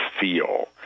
feel